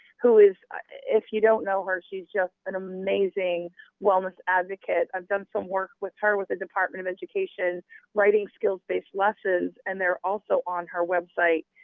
who if you don't know her she is just an amazing wellness advocate. i've done some work with her with the department of education writing skills based lessons, and they are also on her website.